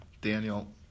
Daniel